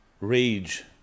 rage